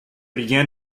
began